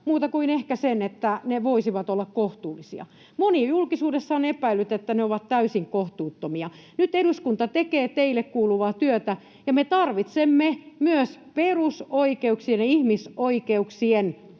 muuta kuin ehkä sen, että ne voisivat olla kohtuullisia. Moni julkisuudessa on epäillyt, että ne ovat täysin kohtuuttomia. Nyt eduskunta tekee teille kuuluvaa työtä. Me tarvitsemme myös perusoikeuksien ja ihmisoikeuksien